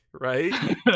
Right